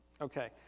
Okay